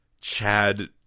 Chad